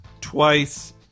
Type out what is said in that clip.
twice